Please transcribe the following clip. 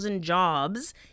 jobs